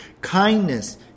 kindness